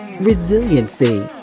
resiliency